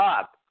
up